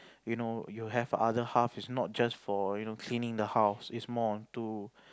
you know you have other half it's not just for you know cleaning the house it's more to